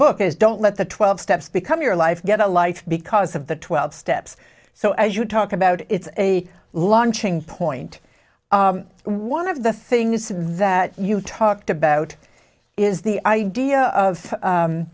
book is don't let the twelve steps become your life get a life because of the twelve steps so as you talk about it's a launching point one of the things that you talked about is the idea of